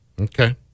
Okay